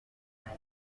الان